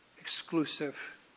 exclusive